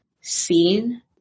seen